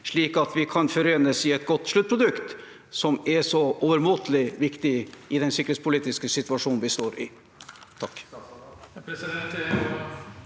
slik at vi kan forenes i et godt sluttprodukt, som er så overmåte viktig i den sikkerhetspolitiske situasjonen vi står i.